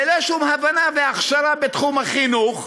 ללא שום הבנה והכשרה בתחום החינוך,